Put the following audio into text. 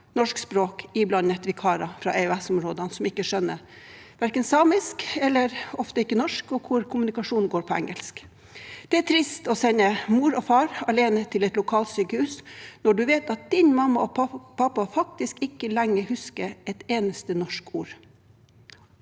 norsk språk – iblandet vikarer fra EØS-området, som ikke skjønner samisk og ofte ikke norsk, og hvor kommunikasjonen går på engelsk. Det er trist å sende mor og far alene til et lokalsykehus når man vet at mamma og pappa faktisk ikke husker ett eneste norsk ord